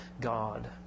God